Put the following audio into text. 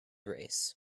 race